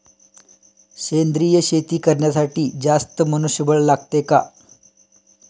सेंद्रिय शेती करण्यासाठी जास्त मनुष्यबळ लागते का?